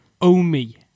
omi